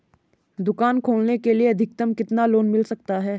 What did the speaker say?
दुकान खोलने के लिए अधिकतम कितना लोन मिल सकता है?